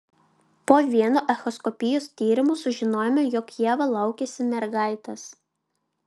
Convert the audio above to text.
po vieno echoskopijos tyrimo sužinojome jog ieva laukiasi mergaitės